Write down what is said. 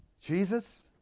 Jesus